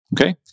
okay